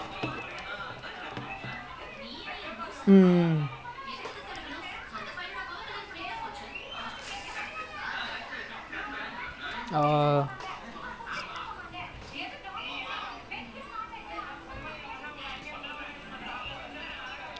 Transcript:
is like me and brandon yellow one year two lah we like the some changes for playing we actually bought S then I don't know what the fuck happen then they give M then like ரொம்ப இதுவா இருந்துச்சு:romba ithuvaa irunthuchu like legit like it nano then the shorts also I remember last time like எதோ:etho skirt மாரி இருந்துச்சு:maari irunthuchu